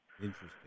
Interesting